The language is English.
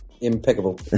impeccable